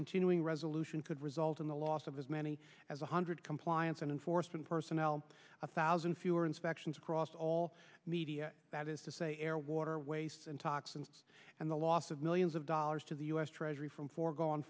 continuing resolution could result in the loss of as many as one hundred compliance and enforcement personnel a thousand fewer inspections across all media that is to say air water wastes and toxins and the loss of millions of dollars to the u s treasury from foregone